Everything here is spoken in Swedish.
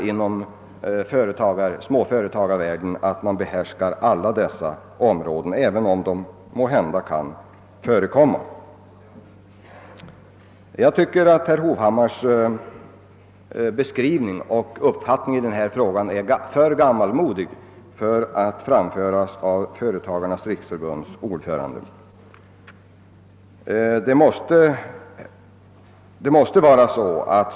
Inom småföretagarvärlden klarar man i allmänhet inte samtliga dessa områden, även om undantag kan förekomma. Herr Hovhammars uppfattning i denna fråga förefaller mig vara väl gammalmodig för att komma från ordföranden i Företagarnas riksförbund.